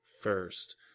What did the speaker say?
first